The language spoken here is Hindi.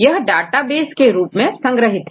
यह डेटाबेस के रूप में संग्रहित हैं